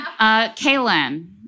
Kaylin